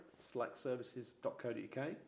selectservices.co.uk